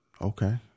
Okay